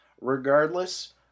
Regardless